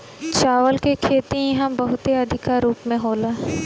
चावल के खेती इहा बहुते अधिका रूप में होला